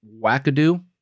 wackadoo